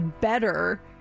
better